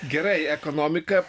gerai ekonomika